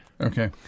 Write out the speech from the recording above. Okay